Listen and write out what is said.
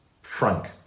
Frank